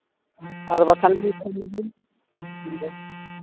ᱟᱨ ᱵᱟᱠᱷᱟᱱ ᱤᱧᱫᱚ